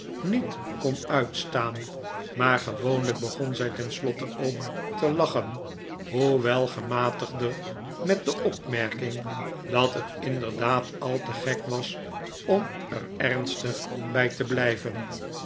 niet kon uitstaan maar gewoonlijk begon zij tenslotte ook te lachen hqewel gematigder met de opmerking dat het inderdaad al te gek was om er ernstig bij te blijven